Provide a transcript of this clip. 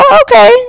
Okay